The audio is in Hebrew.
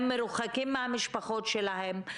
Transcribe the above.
הם מרוחקים מהמשפחות שלהם,